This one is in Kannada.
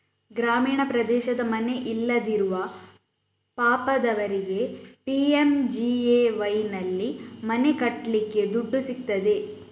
ಗ್ರಾಮೀಣ ಪ್ರದೇಶದ ಮನೆ ಇಲ್ಲದಿರುವ ಪಾಪದವರಿಗೆ ಪಿ.ಎಂ.ಜಿ.ಎ.ವೈನಲ್ಲಿ ಮನೆ ಕಟ್ಲಿಕ್ಕೆ ದುಡ್ಡು ಸಿಗ್ತದೆ